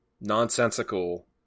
nonsensical